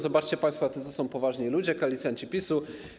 Zobaczcie państwo, jacy to są poważni ludzie, koalicjanci PiS-u.